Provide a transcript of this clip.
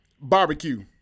barbecue